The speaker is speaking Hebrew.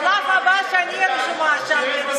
השלב הבא הוא שאני אהיה רשומה שם,